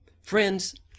Friends